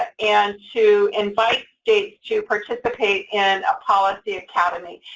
and to invite states to participate in a policy academy.